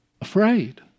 afraid